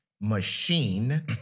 machine